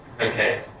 okay